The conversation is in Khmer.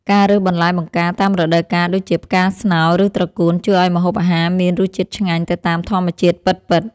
ការរើសបន្លែបង្ការតាមរដូវកាលដូចជាផ្កាស្នោឬត្រកួនជួយឱ្យម្ហូបអាហារមានរសជាតិឆ្ងាញ់ទៅតាមធម្មជាតិពិតៗ។